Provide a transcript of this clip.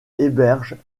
héberge